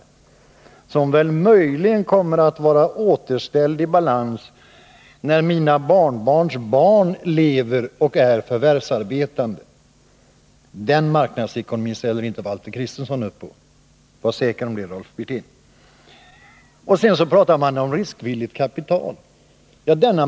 Ekonomin kommer möjligen att vara återställd i balans när mina barnbarnsbarn lever och är förvärvsarbetande. Den marknadsekonomin ställer inte Valter Kristenson upp på, var säker om det, Rolf Wirtén! Sedan talade Rolf Wirtén om riskvilligt kapital.